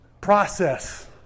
process